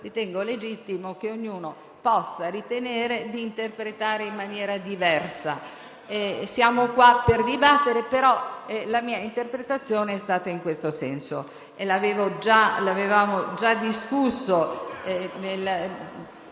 ritengo legittimo che ognuno possa ritenere di interpretare in maniera diversa, perché siamo qua per dibattere, ma la mia interpretazione è stata in questo senso e ne avevamo già discusso.